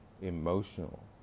emotional